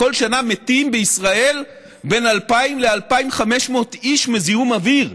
בכל שנה מתים בישראל בין 2,000 ל-2,500 איש מזיהום אוויר.